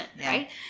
Right